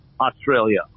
Australia